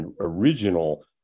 original